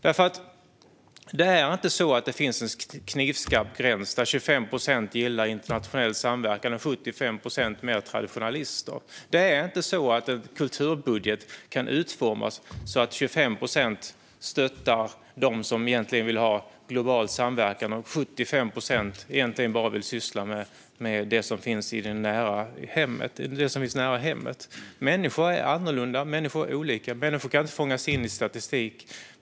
Men det är inte så att det finns en knivskarp gräns där 25 procent gillar internationell samverkan och 75 procent är mer traditionalister. En kulturbudget kan inte utformas så att 25 procent stöder dem som vill ha global samverkan och 75 procent bara dem som vill syssla med sådant som finns nära hemmet. Människor är annorlunda och olika. Människor kan inte fångas in i statistik.